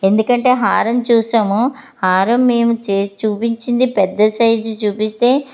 ఎందుకంటే హరం చూసాము హరం మేము చేసి చూపించింది పెద్ద సైజు చూపిస్తే